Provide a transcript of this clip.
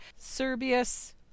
Serbius